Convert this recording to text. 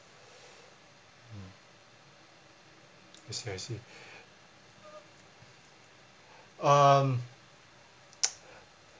I see I see um